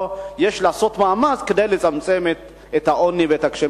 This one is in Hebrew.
או שיש לעשות מאמץ כדי לצמצם את העוני ואת הקשיים?